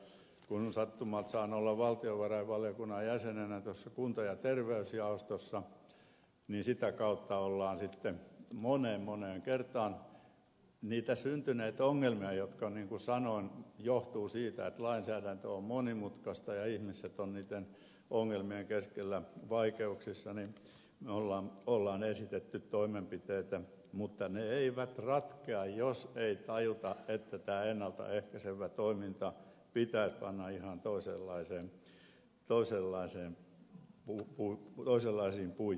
kun nyt sattumalta saan olla valtiovarainvaliokunnan jäsenenä kunta ja terveysjaostossa niin sitä kautta olemme sitten moneen moneen kertaan niihin syntyneisiin ongelmiin jotka niin kuin sanoin johtuvat siitä että lainsäädäntö on monimutkaista ja ihmiset ovat niiden ongelmien keskellä vaikeuksissa esittäneet toimenpiteitä mutta ne eivät ratkea jos ei tajuta että tämä ennalta ehkäisevä toiminta pitäisi panna ihan toisenlaisiin puitteisiin